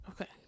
Okay